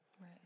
Right